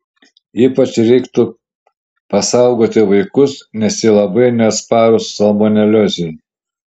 ypač reiktų pasaugoti vaikus nes jie labai neatsparūs salmoneliozei